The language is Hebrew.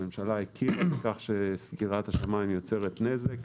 הממשלה הכירה בכך שסגירת השמיים יוצרת נזק.